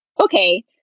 okay